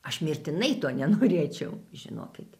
aš mirtinai to nenorėčiau žinokit